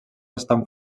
estan